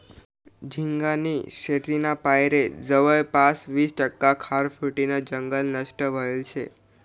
झिंगानी शेतीना पायरे जवयपास वीस टक्का खारफुटीनं जंगल नष्ट व्हयेल शे